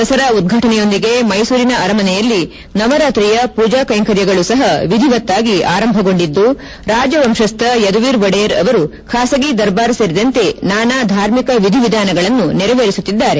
ದಸರಾ ಉದ್ವಾಟನೆಯೊಂದಿಗೆ ಮೈಸೂರಿನ ಅರಮನೆಯಲ್ಲಿ ನವರಾತ್ರಿಯ ಪೂಜಾ ಕೈಂಕರ್ಯಗಳು ಸಹ ವಿಧಿವತ್ತಾಗಿ ಆರಂಭಗೊಂಡಿದ್ದು ರಾಜ ವಂಶಸ್ವ ಯದುವೀರ್ ಒಡೆಯರ್ ಅವರು ಖಾಸಗಿ ದರ್ಬಾರ್ ಸೇರಿದಂತೆ ನಾನಾ ಧಾರ್ಮಿಕ ವಿಧಿವಿಧಾನಗಳನ್ನು ನೆರವೇರಿಸುತ್ತಿದ್ದಾರೆ